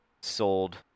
sold